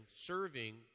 serving